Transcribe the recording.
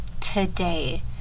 today